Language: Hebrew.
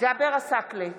ג'אבר עסאקלה,